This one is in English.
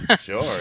Sure